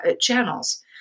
channels